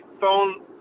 phone